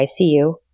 ICU